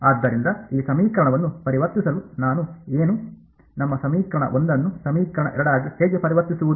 ಆದ್ದರಿಂದ ಈ ಸಮೀಕರಣವನ್ನು ಪರಿವರ್ತಿಸಲು ನಾನು ಏನು ನಮ್ಮ ಸಮೀಕರಣ 1 ಅನ್ನು ಸಮೀಕರಣ 2 ಆಗಿ ಹೇಗೆ ಪರಿವರ್ತಿಸುವುದು